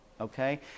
okay